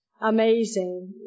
amazing